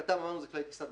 כט"מ זה כלי טיסה מכשירים,